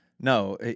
no